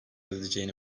edeceğini